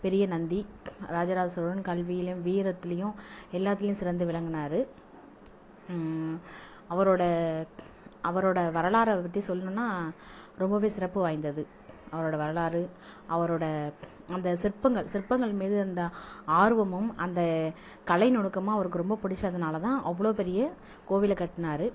பெரிய நந்தி ராஜராஜ சோழன் கல்விலேயும் வீரத்துலேயும் எல்லாத்துலேயும் சிறந்து விளங்கினாரு அவரோட அவரோட வரலாறை பற்றி சொல்லணுனா ரொம்பவே சிறப்பு வாய்ந்தது அவரோட வரலாறு அவரோட அந்த சிற்பங்கள் சிற்பங்கள் மீது அந்த ஆர்வமும் அந்த கலை நுணுக்கமும் அவருக்கு ரொம்ப பிடிச்சதுனாலதான் அவ்வளோ பெரிய கோவிலை கட்டினாரு